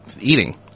eating